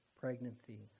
pregnancy